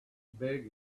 big